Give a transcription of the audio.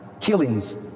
killings